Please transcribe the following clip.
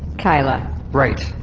keila right,